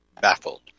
Baffled